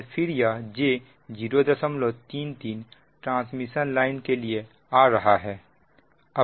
और फिर यह j 033 ट्रांसमिशन लाइन के लिए आ रहा है